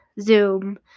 Zoom